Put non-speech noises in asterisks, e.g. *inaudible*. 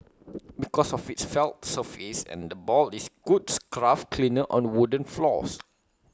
*noise* because of its felt surface and the ball is A good scruff cleaner on wooden floors